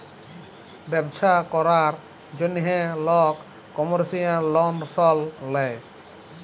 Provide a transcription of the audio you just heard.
ব্যবছা ক্যরার জ্যনহে লক কমার্শিয়াল লল সল লেয়